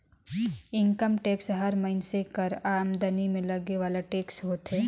income tax हर मइनसे कर आमदनी में लगे वाला टेक्स होथे